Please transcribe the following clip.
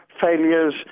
failures